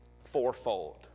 Fourfold